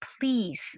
please